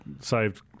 saved